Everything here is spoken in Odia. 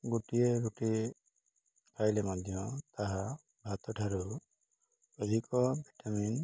ଗୋଟିଏ ରୁଟି ଖାଇଲେ ମଧ୍ୟ ତାହା ଭାତ ଠାରୁ ଅଧିକ ଭିଟାମିନ୍